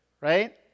right